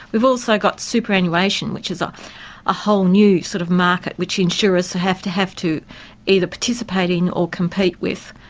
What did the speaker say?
we've also got superannuation which is ah a whole new sort of market, which insurers have to have to either participate in or compete with.